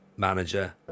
manager